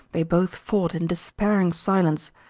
they both fought in despairing silence,